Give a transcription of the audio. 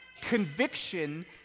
conviction